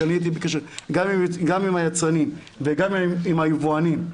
שאני הייתי בקשר גם עם היצרנים וגם עם היבואנים,